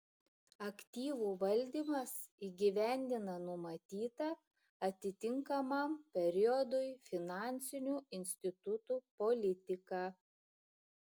aktyvų valdymas įgyvendina numatytą atitinkamam periodui finansinių institutų politiką